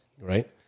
right